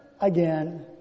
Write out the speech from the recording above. again